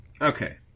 okay